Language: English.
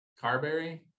Carberry